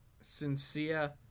sincere